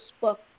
book